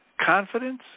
confidence